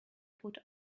put